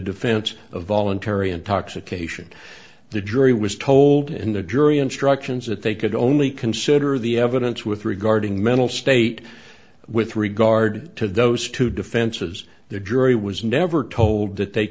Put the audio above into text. defense of voluntary intoxication the jury was told in the jury instructions that they could only consider the evidence with regarding mental state with regard to those two defenses the jury was never told that they